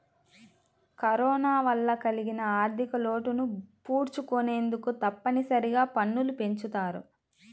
corona వల్ల కలిగిన ఆర్ధికలోటును పూడ్చుకొనేందుకు తప్పనిసరిగా పన్నులు పెంచుతారు